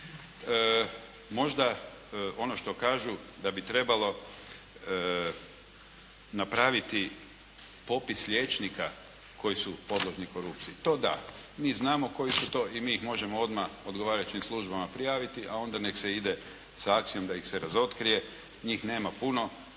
Možda ono što kažu da bi trebalo napraviti popis liječnika koji su podložni korupciji. To da. Mi znamo koji su to i mi ih možemo odmah odgovarajućim službama prijaviti a onda nek se ide sa akcijom da ih se razotkrije. Njih nema puno,